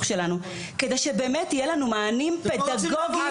שלנו כדי שבאמת יהיו לנו מענים פדגוגיים.